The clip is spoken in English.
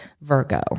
Virgo